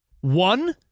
one